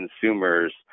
consumers